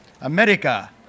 America